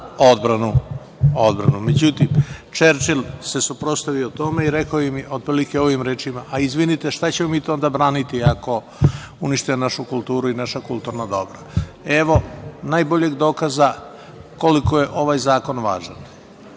odbranu. Međutim, Čerčil se suprotstavio tome i rekao im je, otprilike, ovim rečima – Izvinite, šta ćemo mi to onda braniti ako unište našu kulturu i naše kulturno dobro? Evo, najboljeg dokaza koliko je ovaj Zakon važan. Mi,